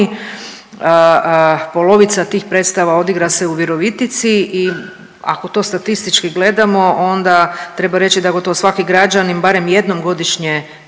polovica tih predstava odigra se u Virovitici i ako to statistički gledamo onda treba reći da gotovo svaki građanin barem jednom godišnje